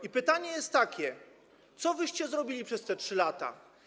I pytanie jest takie: Co wyście zrobili przez te 3 lata?